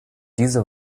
diese